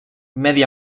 medi